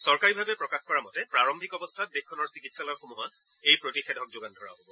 চৰকাৰীভাৱে প্ৰকাশ কৰা মতে প্ৰাৰম্ভিক অৱস্থাত দেশখনৰ চিকিৎসালয়সমূহত এই প্ৰতিষেধক যোগান ধৰা হ'ব